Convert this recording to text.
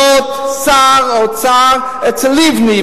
אתה היית המיועד להיות שר אוצר אצל לבני,